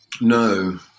No